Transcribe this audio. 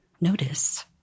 notice